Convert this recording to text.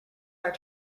our